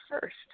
first